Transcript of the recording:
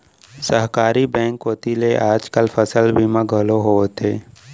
सहकारी बेंक कोती ले आज काल फसल बीमा घलौ होवथे